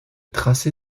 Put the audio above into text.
tracé